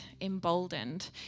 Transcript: emboldened